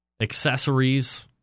accessories